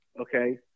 Okay